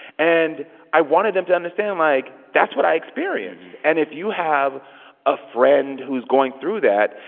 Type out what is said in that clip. and i wanted them to understand, like, that's what i experienced. and if you have a friend who's going through that,